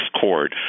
court